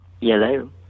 hello